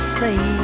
say